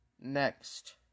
Next